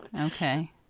Okay